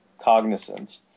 cognizance